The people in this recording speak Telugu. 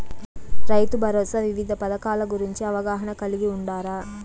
రైతుభరోసా వివిధ పథకాల గురించి అవగాహన కలిగి వుండారా?